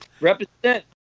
Represent